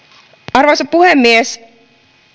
arvoisa puhemies